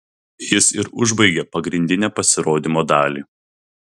jis ir užbaigė pagrindinę pasirodymo dalį